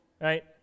right